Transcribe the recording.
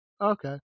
okay